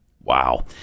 Wow